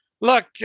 Look